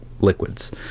liquids